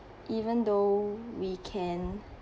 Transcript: even though we can